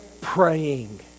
praying